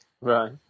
Right